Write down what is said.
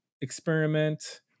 experiment